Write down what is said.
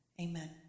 Amen